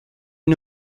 est